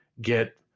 get